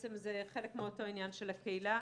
בעצם זה חלק מאותו עניין של הקהילה.